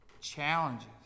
challenges